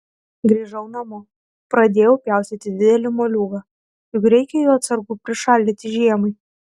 grįžau namo pradėjau pjaustyti didelį moliūgą juk reikia jo atsargų prišaldyti žiemai